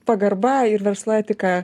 pagarba ir verslo etika